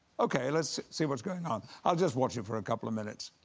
ok, let's see what's going on. i'll just watch it for a couple of minutes.